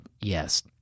Yes